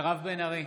נגד מירב בן ארי,